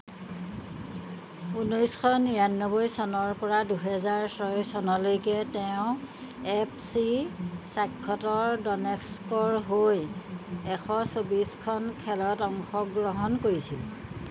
ঊনৈছশ নিৰানব্বৈ চনৰপৰা দুহেজাৰ ছয় চনলৈকে তেওঁ এফ চি শ্বাখতাৰ ডনেটস্কৰ হৈ এশ চৌবিছখন খেলত অংশগ্ৰহণ কৰিছিল